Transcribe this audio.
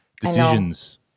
Decisions